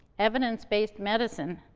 evidence-based medicine,